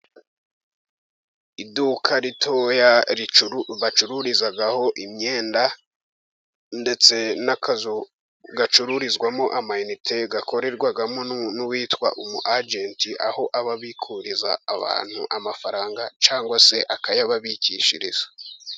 Iduka ritoya bacururizaho imyenda ndetse n'akazu gacururizwamo amaiyinite, gakorerwamo n'uwitwa umu ajenti aho aba abikuriza abantu amafaranga, cyangwa se akayababikishiriza.